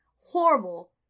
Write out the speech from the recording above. horrible